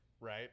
right